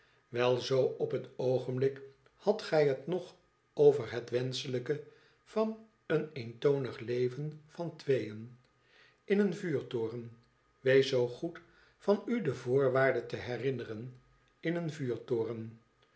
cwel zoo op het oogenblik hadt gij het nog over het wenschelijke van een eentonig leven van tweeën in een vuurtoren wees zoo goed van ude voorwaarde te herinneren in een vuurtoren